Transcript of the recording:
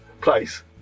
place